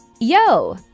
Yo